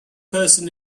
person